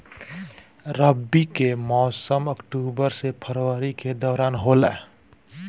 रबी के मौसम अक्टूबर से फरवरी के दौरान होला